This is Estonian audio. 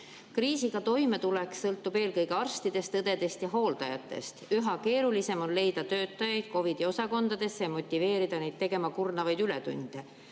"Kriisiga toimetulek sõltub eelkõige arstidest, õdedest ja hooldajatest. Üha keerulisem on leida töötajaid COVIDi osakondadesse ja motiveerida neid tegema kurnavaid ületunde.